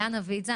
לאן נביא את זה?